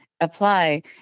apply